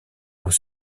aux